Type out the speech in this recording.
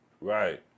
Right